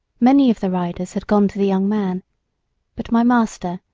many of the riders had gone to the young man but my master,